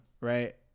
Right